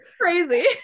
crazy